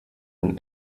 den